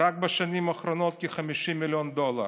רק בשנים האחרונות כ-50 מיליון דולר.